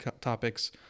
topics